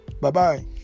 Bye-bye